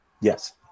Yes